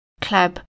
club